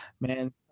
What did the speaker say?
Man